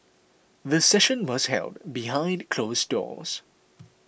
the session was held behind closed doors